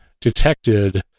detected